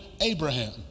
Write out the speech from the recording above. Abraham